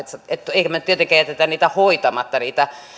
emmekä me tietenkään jätä jätä niitä